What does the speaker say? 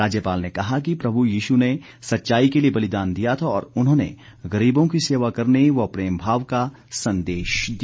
राज्यपाल ने कहा कि प्रभू यीशु ने सच्चाई के लिए बलिदान दिया था और उन्होंने गरीबों की सेवा करने व प्रेम भाव का संदेश दिया